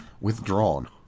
withdrawn